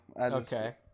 Okay